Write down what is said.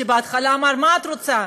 שבהתחלה אמר: מה את רוצה?